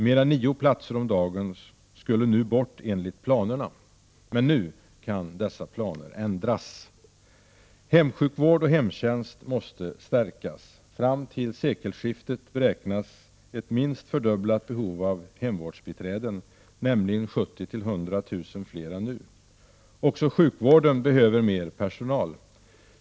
Mer än nio platser om dagen skulle nu bort enligt planerna. Men också planer kan ändras. Hemsjukvård och hemtjänst måste stärkas. Fram till sekelskiftet beräknas ett minst fördubblat behov av hemvårdsbiträden, nämligen 70 000-100 000 fler än nu. Också sjukvården behöver mer personal.